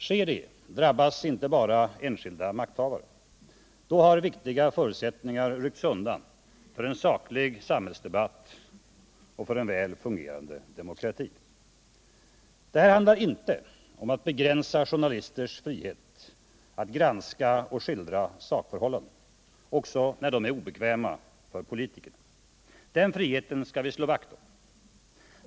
Sker det drabbas inte bara enskilda makthavare; då har viktige förutsättningar ryckts undan för en saklig samhällsdebatt och för en väl fungerande demokrati. Det här handlar inte om att begränsa journalisters frihet att granska och skildra sakförhållanden, också när de är obekväma för politikerna. Den friheten skall vi slå vakt om.